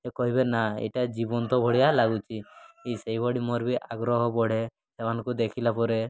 ଏ କହିବେ ନା ଏଇଟା ଜୀବନ୍ତ ଭଳିଆ ଲାଗୁଛି ସେଇଭଳି ମୋର ବି ଆଗ୍ରହ ବଢ଼େ ସେମାନଙ୍କୁ ଦେଖିଲା ପରେ